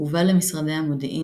הובל למשרדי המודיעין